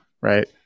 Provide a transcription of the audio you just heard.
Right